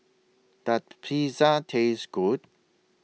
Does Pizza Taste Good